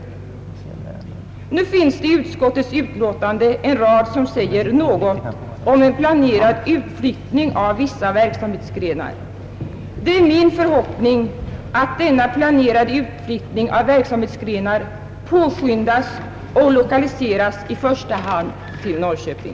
Det finns i utskottets utlåtande en rad som säger något om en planerad utflyttning av vissa verksamhetsgrenar. Det är min förhoppning att denna planerade utflyttning av verksamhetsgrenar skall påskyndas och lokaliseras i första hand till Norrköping.